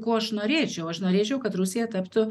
ko aš norėčiau aš norėčiau kad rusija taptų